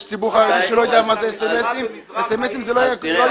יש ציבור חרדי שלא יודע מה זה SMS. זה לא יהיה.